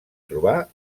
trobar